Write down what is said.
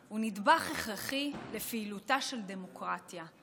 הוא נדבך הכרחי בפעילותה של דמוקרטיה,